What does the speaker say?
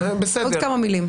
עוד כמה מילים.